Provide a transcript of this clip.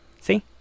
See